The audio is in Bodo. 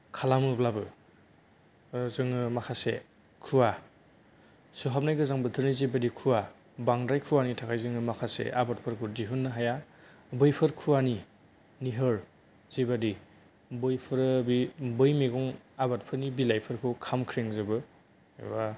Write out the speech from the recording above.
खालामोब्लाबो जोङो माखासे खुवा सुहाबनाय गोजां बोथोरनि जिबायदि खुवा बांद्राय खुवानि थाखाय जोङो माखासे आबादफोरखौ दिहुननो हाया बैफोर खुवानि निहर जिबादि बैफोरो बि बै मैगं आबादफोरनि बिलाइफोरखौ खामख्रेंजोबो एबा